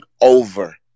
over